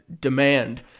demand